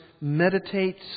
meditates